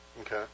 Okay